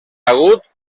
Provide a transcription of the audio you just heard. agut